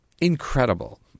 incredible